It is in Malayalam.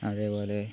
അതേപോലെ